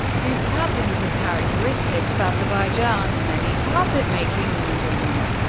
whose patterns are characteristic of azerbaijan's many carpet-making regions.